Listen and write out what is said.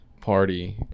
party